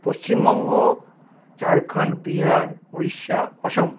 Paschimbanga Jharkhand Bihar Orissa Assam